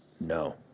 no